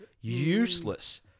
Useless